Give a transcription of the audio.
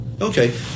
Okay